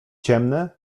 ciemne